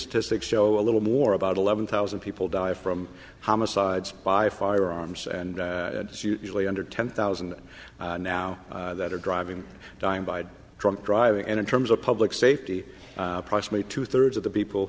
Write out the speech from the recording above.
statistics show a little more about eleven thousand people die from homicides by firearms and it's usually under ten thousand now that are driving dying by drunk driving and in terms of public safety price me two thirds of the people